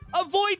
avoid